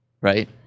right